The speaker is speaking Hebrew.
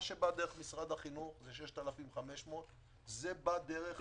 מה שבא דרך משרד החינוך זה 6,500. זה בא דרך